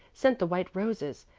sent the white roses,